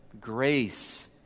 Grace